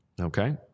Okay